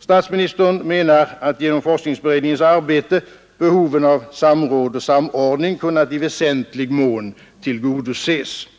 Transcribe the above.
Statsministern menar att behovet av samråd och samordning kunnat i väsentlig mån tillgodoses genom forskningsberedningens arbete.